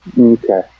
Okay